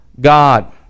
God